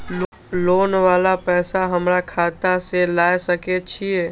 Loan वाला पैसा हमरा खाता से लाय सके छीये?